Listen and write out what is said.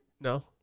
No